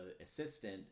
assistant